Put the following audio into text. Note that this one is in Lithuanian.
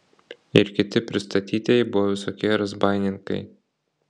ir kiti pristatytieji buvo visokie razbaininkai